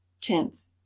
tenth